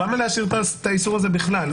למה להשאיר את האיסור הזה בכלל?